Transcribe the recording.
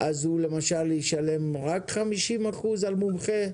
הוא ישלם רק 50 אחוזים על מומחה?